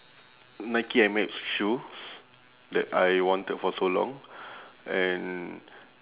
nike air max shoes that I wanted for so long and